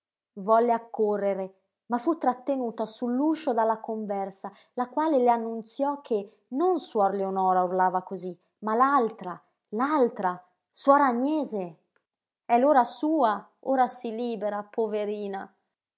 volle accorrere ma fu trattenuta sull'uscio dalla conversa la quale le annunziò che non suor leonora urlava cosí ma l'altra l'altra suor agnese è l'ora sua ora si libera poverina